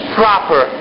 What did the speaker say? proper